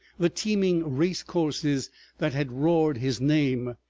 the teeming race-courses that had roared his name,